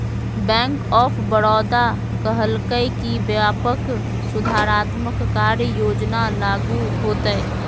bank of Baroda कहलकय कि व्यापक सुधारात्मक कार्य योजना लागू होतय